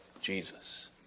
Jesus